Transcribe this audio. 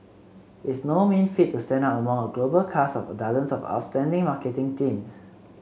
it's no mean feat to stand out among a global cast of dozens of outstanding marketing teams